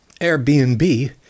Airbnb